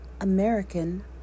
American